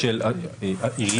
-- של עיריות אחרות.